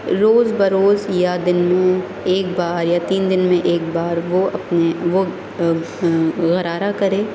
روز بروز یا دن میں ایک بار یا تین دن میں ایک بار وہ اپنے وہ غرارہ کرے